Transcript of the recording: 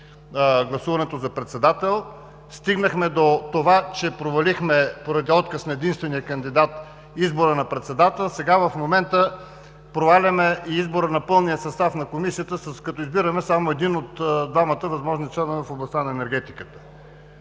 гласуването за председател. Стигнахме до това, че провалихме – поради отказ на единствения кандидат, избора на председател, сега, в момента проваляме и избор на пълния състав на Комисията, като избираме само един от двамата възможни членове в областта на енергетиката.